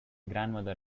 grandmother